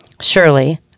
Surely